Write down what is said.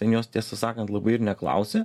ten jos tiesą sakant labai ir neklausė